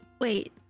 Wait